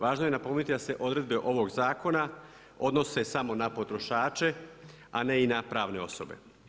Važno je napomenuti da se odredbe ovog zakona odnose samo na potrošače a ne i na pravne osobe.